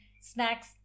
Snacks